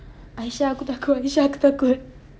Aisha aku takut Aisha aku takut